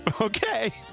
Okay